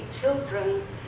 children